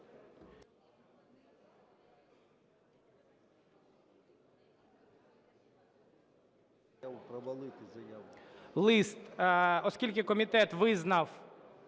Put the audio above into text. Лист, оскільки комітет визнав